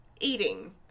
eating